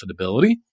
profitability